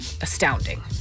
astounding